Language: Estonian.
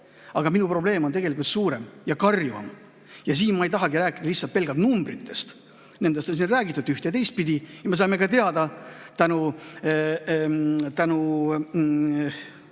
Aga minu probleem on tegelikult suurem ja karjuvam. Ja ma ei taha rääkida lihtsalt pelgalt numbritest. Nendest on siin räägitud üht- ja teistpidi. Me saime teada tänu